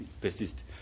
persist